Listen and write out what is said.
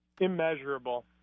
Immeasurable